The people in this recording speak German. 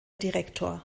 direktor